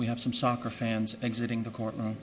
we have some soccer fans exiting the courtroom